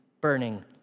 burning